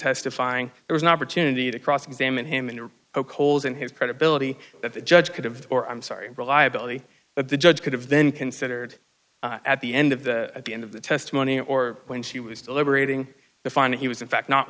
testifying it was an opportunity to cross examine him in a holes in his credibility that the judge could have or i'm sorry reliability but the judge could have then considered at the end of the at the end of the testimony or when she was deliberating the finding he was in fact not